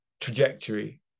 trajectory